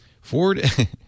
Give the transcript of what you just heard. Ford